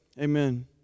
Amen